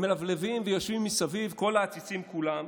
הם מלבלבים ויושבים מסביב, כל העציצים כולם,